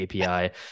API